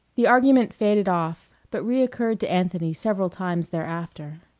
the argument faded off, but reoccurred to anthony several times thereafter.